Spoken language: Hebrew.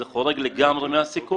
זה חורג לגמרי מהסיכום.